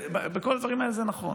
בכל הדברים האלה זה נכון,